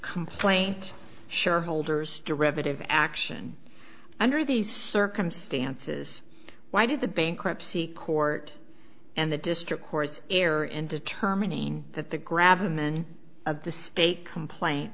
complaint shareholder's derivative action under these circumstances why did the bankruptcy court and the district court err in determining that the grab a man of the state complaint